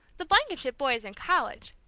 the blankenship boy is in college,